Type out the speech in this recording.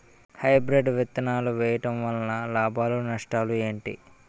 Hybrid విత్తనాలు వేయటం వలన లాభాలు నష్టాలు ఏంటి?